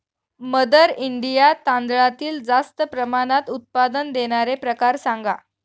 mother India तांदळातील जास्त प्रमाणात उत्पादन देणारे प्रकार सांगा